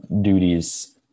duties